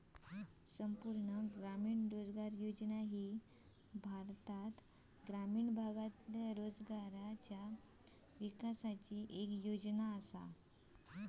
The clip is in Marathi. संपूर्ण ग्रामीण रोजगार योजना ही भारतातल्या ग्रामीण भागातल्या रोजगाराच्या विकासाची येक योजना आसा